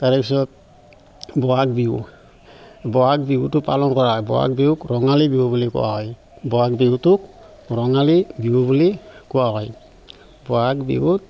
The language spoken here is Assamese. তাৰে পিছত বহাগ বিহু বহাগ বিহুটো পালন কৰা হয় বহাগ বিহুক ৰঙালী বিহু বুলি কোৱা হয় বহাগ বিহুটোক ৰঙালী বিহু বুলি কোৱা হয় বহাগ বিহুত